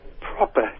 proper